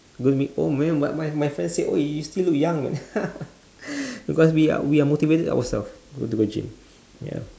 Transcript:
gonna be old man but my my friend said !oi! you still look young because we are we are motivated ourself to go to the gym ya